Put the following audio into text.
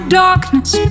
darkness